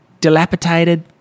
dilapidated